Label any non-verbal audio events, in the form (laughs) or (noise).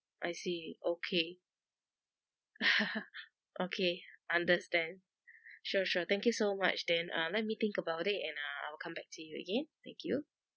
I see okay (laughs) okay understand sure sure thank you so much then uh let me think about it and uh I will come back to you again thank you